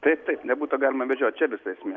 taip taip nebūtų galima medžiot čia visa esmė